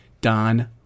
Don